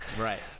Right